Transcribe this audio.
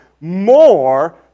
more